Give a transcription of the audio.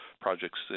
projects